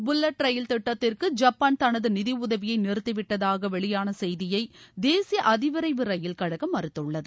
bullet rail திட்டத்திற்கு Japan தனது நிதியுதவியை நிறுத்தி விட்டதாக வெளியான செய்தியை தேசிய அதிவிரைவு ரயில் கழகம் மறுத்துள்ளது